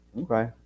Okay